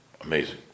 Amazing